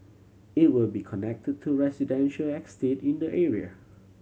it will be connected to residential estate in the area